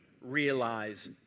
realize